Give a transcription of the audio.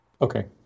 Okay